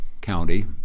county